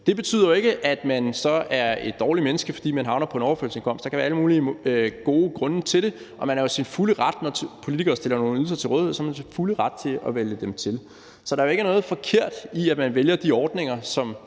Det betyder jo ikke, at man så er et dårligt menneske, fordi man havner på en overførselsindkomst. Der kan være alle mulige gode grunde til det, og når politikere stiller nogle ydelser til rådighed, er man jo i sin fulde ret til at vælge dem til. Så der er jo ikke noget forkert i, at man vælger de ordninger, som